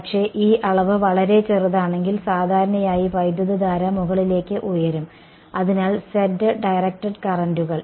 പക്ഷേ ഈ അളവ് വളരെ ചെറുതാണെങ്കിൽ സാധാരണയായി വൈദ്യുതധാര മുകളിലേക്ക് ഉയരുo അതിനാൽ z ഡയറക്റ്റഡ് കറന്റുകൾ